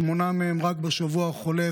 שמונה מהם רק בשבוע החולף.